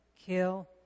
kill